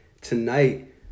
Tonight